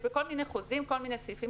בכל מיני חוזים יש כל מיני סעיפים